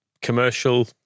Commercial